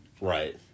Right